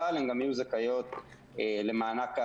אבל הם יהיו זכאיות למענק העסקים,